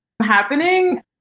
Happening